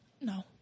No